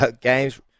games